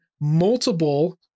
multiple